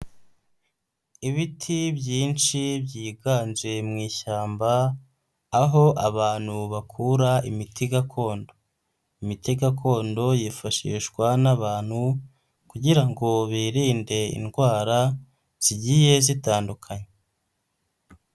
Ibiti byinshi byiganje mu ishyamba, aho abantu bakura imiti gakondo. Imiti gakondo yifashishwa n'abantu, kugira ngo birinde indwara zigiye zitandukanye.